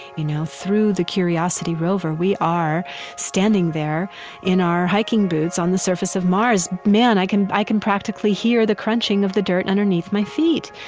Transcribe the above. you know, through the curiosity rover, we are standing there in our hiking boots on the surface of mars. man, i can i can practically hear the crunching of the dirt underneath my feet.